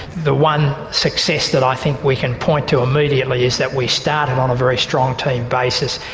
the one success that i think we can point to immediately is that we started on a very strong team basis,